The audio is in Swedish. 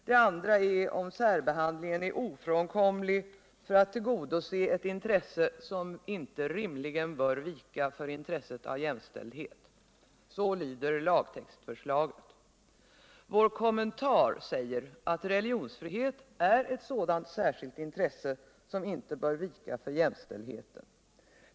Det andra är om särbehandlingen är ofrånkomlig för att tillgodose ett intresse som inte rimligen bör vika för intresset för jämställdhet. Så lyder lagtextförslaget. I vår kommentar säger vi att religionsfrihet är ett sådant särskilt intresse som inte bör vika för jämställdheten.